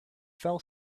fell